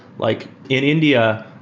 like in india,